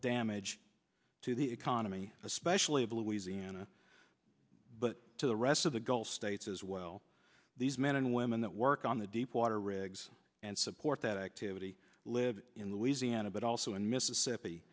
damage to the economy especially of louisiana but to the rest of the gulf states as well these men and women that work on the deepwater rigs and support that activity live in louisiana but also in mississippi